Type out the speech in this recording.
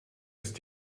ist